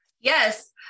Yes